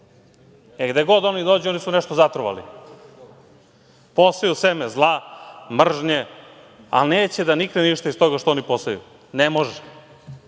Gde god oni dođu, oni su nešto zatrovali. Poseju seme zla, mržnje, ali neće da nikne ništa iz toga što oni poseju, ne može.